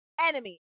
enemy